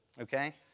okay